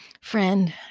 Friend